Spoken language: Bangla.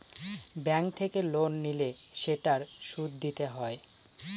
ব্যাঙ্ক থেকে লোন নিলে সেটার সুদ দিতে হয়